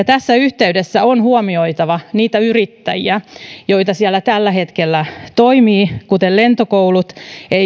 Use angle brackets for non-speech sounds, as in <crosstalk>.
<unintelligible> tässä yhteydessä on huomioitava niitä yrittäjiä joita siellä tällä hetkellä toimii kuten lentokoulut